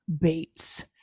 Bates